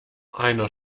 einer